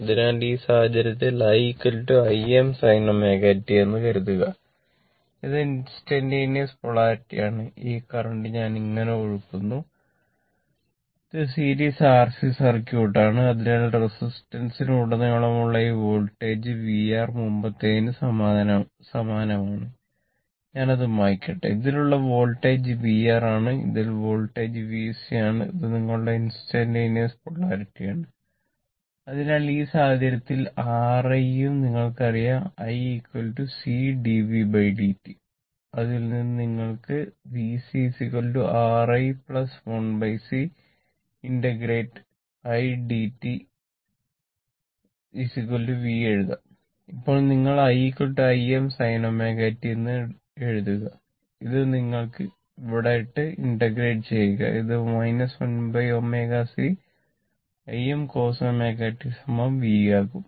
അതിനാൽ ഈ സാഹചര്യത്തിൽ R i യും നിങ്ങൾക്കും അറിയാം i c dv dt അതിൽ നിന്ന് നിങ്ങൾക്ക് VC R i 1 C integrate Im cos ω t v ആകും